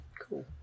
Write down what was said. Cool